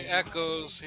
echoes